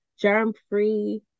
germ-free